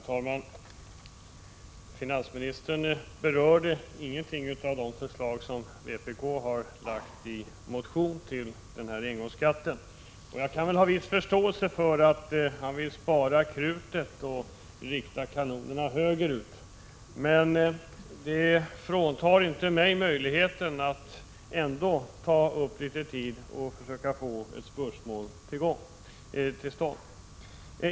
Herr talman! Finansministern berörde inget av de förslag som vpk väckt i motion med anledning av förslaget om engångsskatten. Jag kan ha viss förståelse för att finansministern vill spara krutet och rikta kanonerna högerut. Men detta fråntar inte mig möjligheten att uppta litet av kammarens tid och se till att spörsmålet diskuteras.